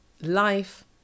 life